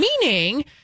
meaning